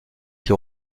qui